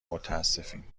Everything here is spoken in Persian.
متاسفیم